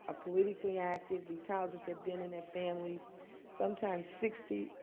ah politically active. these houses have been in their families sometimes sixty,